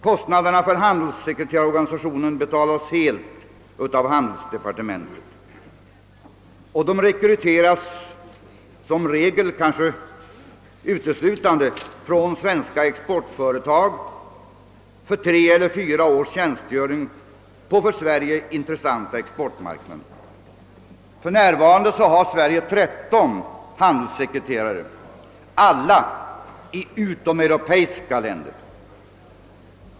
Kostnaderna för handelssekreterarorganisationen betalas helt av handelsdepartementet, och handelssekreterarna rekryteras som regel, kanske uteslutande, från svenska exportföretag för tre eller fyra års tjänstgöring på för Sverige intressanta exportmarknader. För närvarande har Sverige 13 handelssekreterare, alla i utomeuropeiska länder.